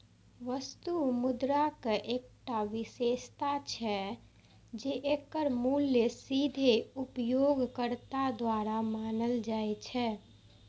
वस्तु मुद्राक एकटा विशेषता छै, जे एकर मूल्य सीधे उपयोगकर्ता द्वारा मानल जाइ छै